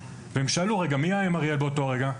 הן שאלו, רגע, מי היה עם אריאל באותו רגע?